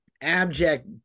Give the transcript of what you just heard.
abject